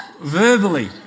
Verbally